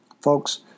Folks